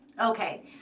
Okay